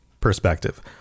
perspective